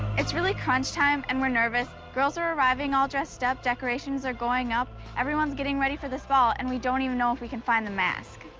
it's really crunch time and we're nervous. girls are arriving all dressed up, decorations are going up, everyone's getting ready for this ball and we don't even know if we can find the mask.